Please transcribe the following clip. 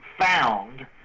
found